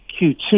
Q2